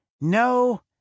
No